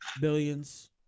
Billions